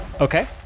Okay